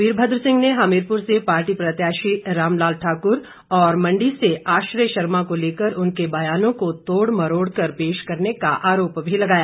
वीरभद्र सिंह ने हमीरपुर से पार्टी प्रतयाशी राम लाल ठाकुर और मंडी से आश्रय शर्मा को लेकर उनके बयानों को तोड़ मरोड़कर पेश करने का आरोप भी लगाया